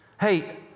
Hey